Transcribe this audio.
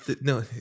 No